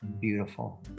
beautiful